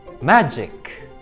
Magic